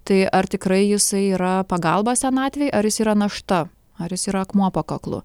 tai ar tikrai jisai yra pagalba senatvėj ar jis yra našta ar jis yra akmuo po kaklu